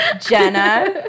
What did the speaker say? Jenna